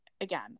again